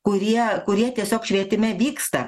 kurie kurie tiesiog švietime vyksta